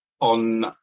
on